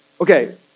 Okay